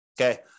Okay